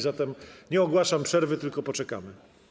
Zatem nie ogłaszam przerwy, tylko poczekamy.